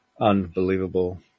unbelievable